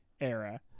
era